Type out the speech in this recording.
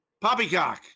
Poppycock